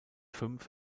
fünf